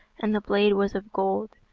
and the blade was of gold,